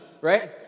right